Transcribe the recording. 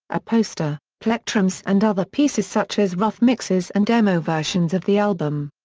a poster, plectrums and other pieces such as rough mixes and demo versions of the album.